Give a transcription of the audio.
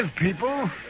people